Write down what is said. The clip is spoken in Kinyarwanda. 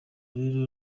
rero